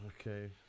Okay